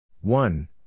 One